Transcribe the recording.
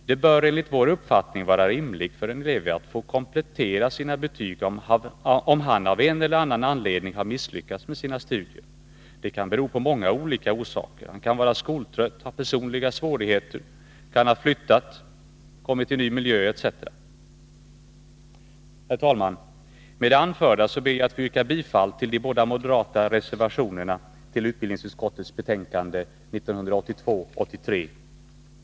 Det bör enligt vår uppfattning vara rimligt för en elev att få komplettera sitt betyg om han av en eller annan anledning har misslyckats med sina studier. Det kan bero på många olika saker. Han kan vara skoltrött, ha personliga svårigheter, han kan ha flyttat, kommit i ny miljö etc. Herr talman! Med det anförda ber jag att få yrka bifall till de båda moderata reservationerna till utbildningsutskottets betänkande 1982/83:7.